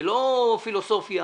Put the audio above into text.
ולא פילוסופיה